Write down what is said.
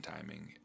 timing